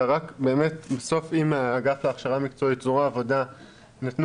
אלא רק באמת בסוף אם האגף להכשרה מקצועית זרוע העבודה נתנו